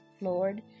Lord